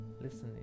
listening